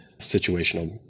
situational